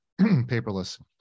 paperless